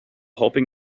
hoping